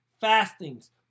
fastings